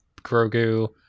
Grogu